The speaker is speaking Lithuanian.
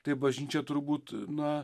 tai bažnyčia turbūt na